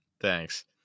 Thanks